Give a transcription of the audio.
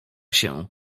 się